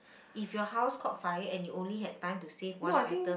if your house caught fire and you only had time to save one item